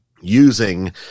using